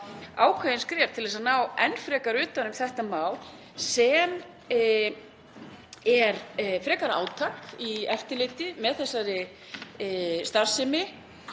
ákveðin skref til þess að ná enn betur utan um þetta mál sem er frekara átak í eftirliti með þessari starfsemi.